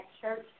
church